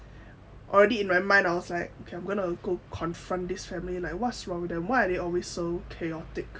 already in my mind I was like okay I'm gonna go confront this family like what's wrong them why are they always so chaotic